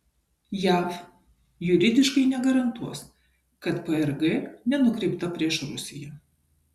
jav juridiškai negarantuos kad prg nenukreipta prieš rusiją